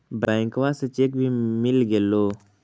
बैंकवा से चेक भी मिलगेलो?